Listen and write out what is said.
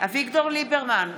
אביגדור ליברמן,